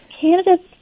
candidates